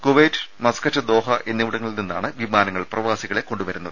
Kuwait Muscat Doha എന്നിവിടങ്ങളിൽ നിന്നാണ് വിമാനങ്ങൾ പ്രവാസികളെ കൊണ്ടുവരുന്നത്